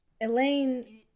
Elaine